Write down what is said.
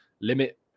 Limit